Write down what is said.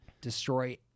destroy